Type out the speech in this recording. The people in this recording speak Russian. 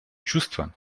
чувство